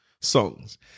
songs